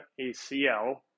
ACL